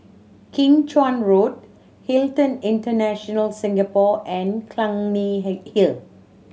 Kim Chuan Road Hilton International Singapore and Clunny Hill